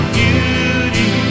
beauty